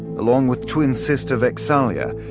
along with twin sister vex'ahlia,